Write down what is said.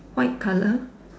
white colour